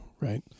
right